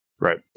Right